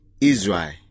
Israel